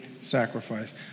sacrifice